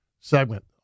segment